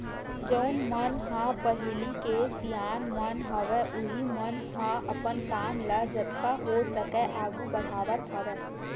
जउन मन ह पहिली के सियान मन हवय उहीं मन ह अपन काम ल जतका हो सकय आघू बड़हावत हवय